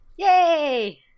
Yay